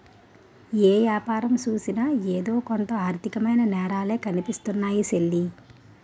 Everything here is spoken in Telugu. ఏ యాపారం సూసినా ఎదో కొంత ఆర్దికమైన నేరాలే కనిపిస్తున్నాయ్ సెల్లీ